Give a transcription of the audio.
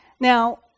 Now